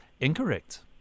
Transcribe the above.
incorrect